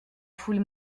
foule